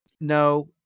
No